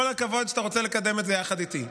כל הכבוד שאתה רוצה לקדם את זה יחד איתי,